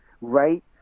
right